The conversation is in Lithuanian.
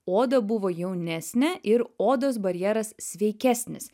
oda buvo jaunesnė ir odos barjeras sveikesnis